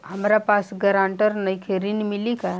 हमरा पास ग्रांटर नईखे ऋण मिली का?